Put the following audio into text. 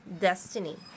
destiny